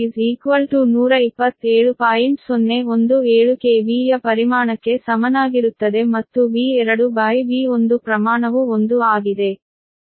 017 KV ಯ ಪರಿಮಾಣಕ್ಕೆ ಸಮನಾಗಿರುತ್ತದೆ ಮತ್ತು V2V1 ಪ್ರಮಾಣವು 1 ಆಗಿದೆ